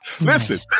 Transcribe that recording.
Listen